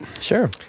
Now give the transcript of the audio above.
Sure